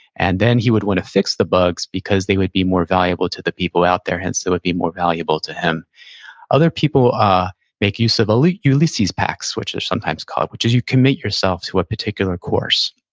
and then he would want to fix the bugs, because they would be more valuable to the people out there, hence they would be more valuable to him other people make use of like ulysses pacts, which they're sometimes called, which is you commit yourself to a particular course.